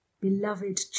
beloved